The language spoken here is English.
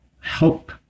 help